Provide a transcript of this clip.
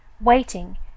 waiting